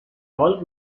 all